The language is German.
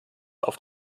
auf